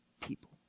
people